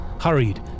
hurried